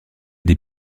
des